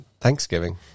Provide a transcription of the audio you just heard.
Thanksgiving